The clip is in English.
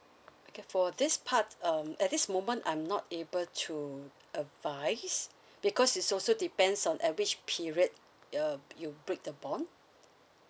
okay for this part um at this moment I'm not able to advise because is also depends on at which period uh you break the bond